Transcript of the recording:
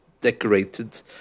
decorated